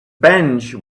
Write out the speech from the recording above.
bench